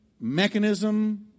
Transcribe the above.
mechanism